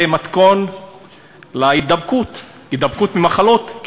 זה מתכון להידבקות, הידבקות במחלות.